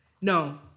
no